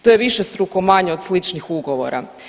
To je višestruko manje od sličnih ugovora.